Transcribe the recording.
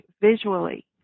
visually